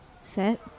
Set